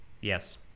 Yes